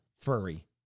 furry